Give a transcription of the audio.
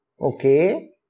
Okay